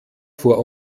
vor